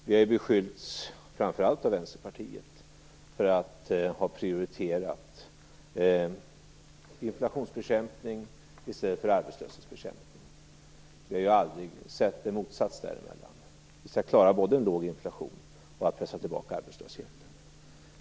Vi har beskyllts, framför allt av Vänsterpartiet, för att ha prioriterat inflationsbekämpning i stället för arbetslöshetsbekämpning. Vi har aldrig sett en motsats däremellan. Vi skall klara både en låg inflation och att pressa tillbaka arbetslösheten.